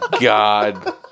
god